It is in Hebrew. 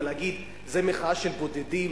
אבל להגיד: זה מחאה של בודדים?